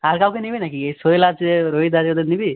আর কাউকে নিবি নাকি এ সোহেল আছে রোহিত আছে ওদের নিবি